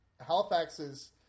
Halifax's